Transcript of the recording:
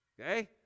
Okay